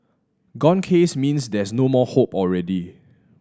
gone case means there's no more hope already